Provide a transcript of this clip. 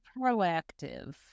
proactive